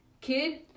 kid